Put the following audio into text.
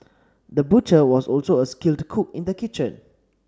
the butcher was also a skilled cook in the kitchen